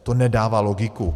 To nedává logiku.